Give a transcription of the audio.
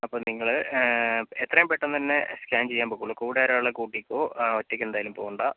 അപ്പോൾ നിങ്ങൾ എത്രയും പെട്ടെന്ന് തന്നെ സ്കാൻ ചെയ്യാൻ പൊയിക്കോളൂ കൂടെ ഒരാളെ കൂട്ടിക്കോ ഒറ്റയ്ക്ക് എന്തായാലും പോകേണ്ട